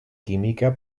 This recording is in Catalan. química